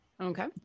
Okay